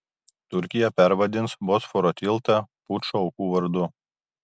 turkija pervardins bosforo tiltą pučo aukų vardu